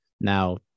Now